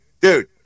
Dude